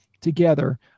together